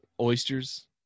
Oysters